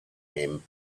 him